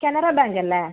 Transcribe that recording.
Canara bank അല്ലെ